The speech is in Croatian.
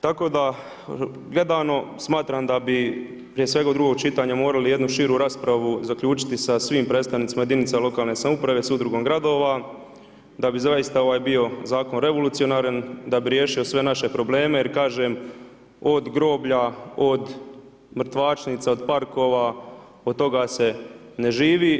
Tako da, gledano, smatram da bi prije svega u drugo čitanje, morali jednu širu raspravu zaključiti sa svim predstavnicima jedinicama lokalne samouprave, sa udrugom gradova, da bi zaista ovaj bio zakon revolucionaran, da bi riješio sve naše probleme, jer kažem, od groblja, od mrtvačnica, od parkova, od toga se ne živi.